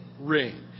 ring